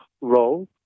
role